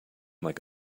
like